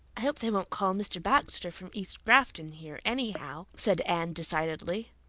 i hope they won't call mr. baxter from east grafton here, anyhow, said anne decidedly.